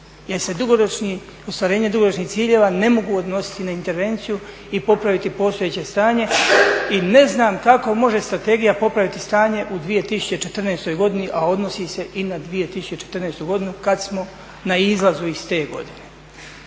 se ostvarenje dugoročnih ciljeva ne mogu odnositi na intervenciju i popraviti postojeće stanje. I ne znam kako može strategija popraviti stanje u 2014. godini a odnosi se i na 2014. godinu kad smo na izlazu iz te godine.